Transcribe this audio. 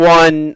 one